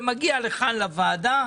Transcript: זה מגיע לכאן לוועדה.